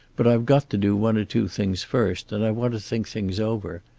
but i've got to do one or two things first, and i want to think things over.